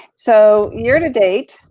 so year to date,